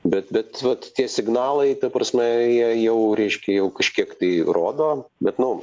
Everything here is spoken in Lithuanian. bet bet vat tie signalai ta prasme jie jau reiškia jau kažkiek tai rodo bet nu